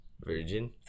Virgin